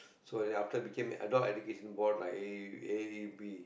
so then after that became Adult Education Board lah a_e_b